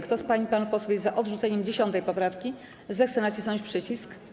Kto z pań i panów posłów jest za odrzuceniem 10. poprawki, zechce nacisnąć przycisk.